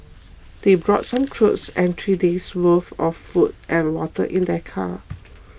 they brought some clothes and three days' worth of food and water in their car